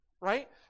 Right